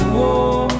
war